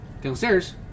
Downstairs